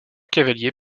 cavaliers